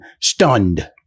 stunned